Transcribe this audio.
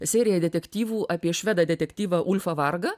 seriją detektyvų apie švedą detektyvą ufą vargą